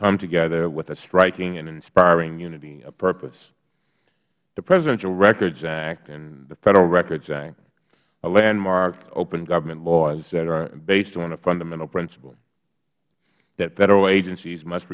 come together with a striking and inspiring unity of purpose the presidential records act and the federal records act are landmark open government laws that are based on a fundamental principle that federal agencies must